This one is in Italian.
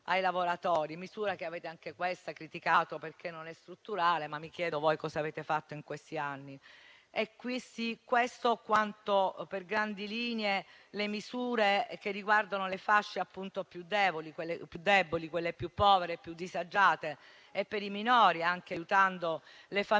ai lavoratori: misura che avete, anche questa, criticato perché non è strutturale, ma mi chiedo voi cosa avete fatto in questi anni. Queste sono, per grandi linee, le misure che riguardano le fasce più deboli, più povere e più disagiate e i minori, anche aiutando le famiglie